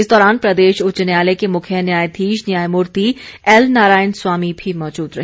इस दौरान प्रदेश उच्च न्यायालय के मुख्य न्यायाधीश न्यायमूर्ति एल नारायण स्वामी भी मौजूद रहे